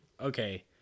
okay